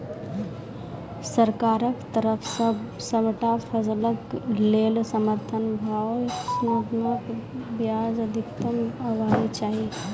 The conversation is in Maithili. सरकारक तरफ सॅ सबटा फसलक लेल समर्थन भाव न्यूनतमक बजाय अधिकतम हेवाक चाही?